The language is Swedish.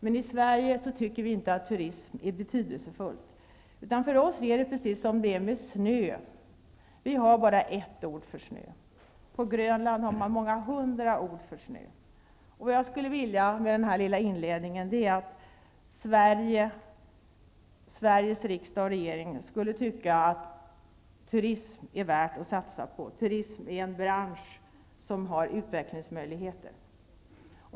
Men i Sverige tycker vi inte att turism är något betydelsefullt, utan för oss är det precis som med snö: Vi har bara ett ord för snö. På Grönland har man många hundra ord för snö. Vad jag skulle vilja med den här lilla inledningen är att Sveriges riksdag och regering skulle tycka att turism är värt att satsa på, att turism är en bransch som har utvecklingsmöjligheter.